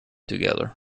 together